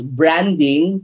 branding